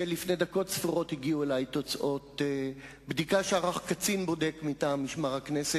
שביהדות התורה מונה סגן שר במעמד